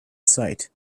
sight